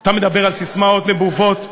אתה מדבר על ססמאות נבובות?